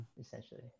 Essentially